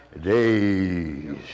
days